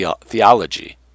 theology